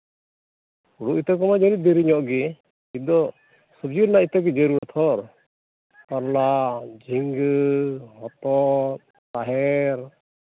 ᱦᱩᱲᱩ ᱤᱛᱟᱹ ᱠᱚᱫᱚ ᱡᱟᱹᱱᱤᱡ ᱫᱮᱨᱤᱧᱚᱜ ᱜᱮ ᱱᱤᱛ ᱫᱚ ᱥᱚᱵᱽᱡᱤ ᱨᱮᱱᱟᱜ ᱤᱛᱟᱹᱜᱮ ᱰᱟᱨᱩᱲᱟ ᱛᱚ ᱠᱟᱞᱞᱟ ᱡᱷᱤᱝᱜᱟᱹ ᱦᱚᱛᱚᱜ ᱛᱟᱦᱮᱨ